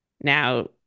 now